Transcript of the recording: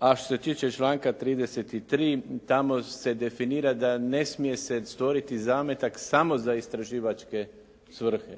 A što se tiče članka 33. tamo se definira da ne smije se stvoriti zametak samo za istraživačke svrhe,